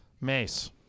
Mace